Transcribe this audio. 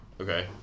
okay